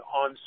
on